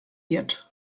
wird